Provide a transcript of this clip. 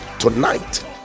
tonight